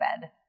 bed